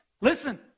listen